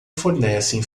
fornecem